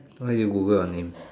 why you Google your name